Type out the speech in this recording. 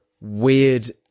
weird